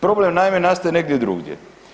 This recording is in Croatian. Problem, naime nastaje negdje drugdje.